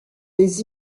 les